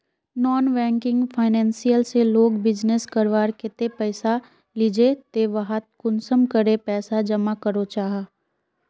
Non banking financial से लोग business करवार केते पैसा लिझे ते वहात कुंसम करे पैसा जमा करो जाहा?